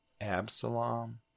Absalom